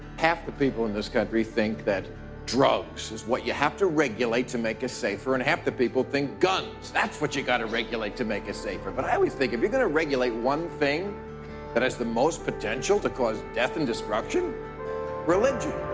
half the people in this country think that drugs is what you have to regulate to make us safer, and half the people think guns that's what you gotta regulate to make us safer. but i always think that if you're going to regulate one thing that has the most potential to cause death and destruction religion.